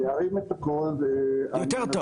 אני שמח שנמצאת איתנו חברת הכנסת